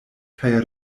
kaj